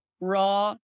raw